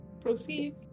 proceed